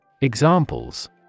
Examples